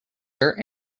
dirt